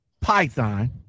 python